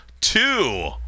two